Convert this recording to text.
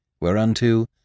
whereunto